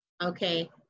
Okay